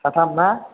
साथाम ना